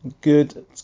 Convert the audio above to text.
Good